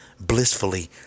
blissfully